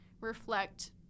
reflect